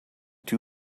two